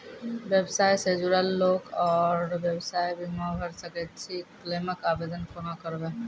व्यवसाय सॅ जुड़ल लोक आर व्यवसायक बीमा भऽ सकैत छै? क्लेमक आवेदन कुना करवै?